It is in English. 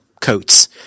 coats